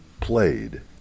played